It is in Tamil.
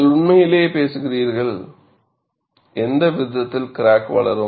நீங்கள் உண்மையிலேயே பேசுகிறீர்கள் எந்த விகிதத்தில் கிராக் வளரும்